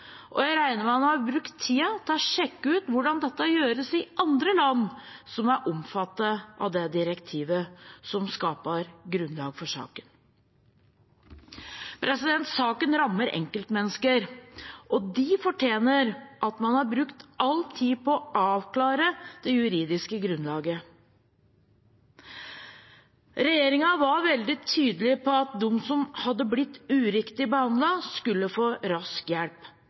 Jeg regner med at man har brukt tiden til å sjekke ut hvordan dette gjøres i andre land som er omfattet av det direktivet som skaper grunnlaget for saken. Saken rammer enkeltmennesker, og de fortjener at man har brukt all tid på å avklare det juridiske grunnlaget. Regjeringen var veldig tydelig på at de som hadde blitt uriktig behandlet, skulle få rask hjelp.